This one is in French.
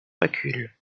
recul